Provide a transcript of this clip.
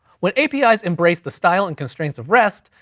when apis embrace the style and constraints of rest,